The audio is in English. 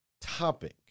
topic